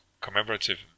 commemorative